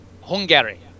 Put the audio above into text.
Hungary